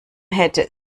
hätte